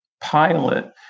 pilot